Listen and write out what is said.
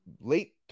late